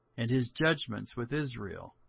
and his judgments with israel.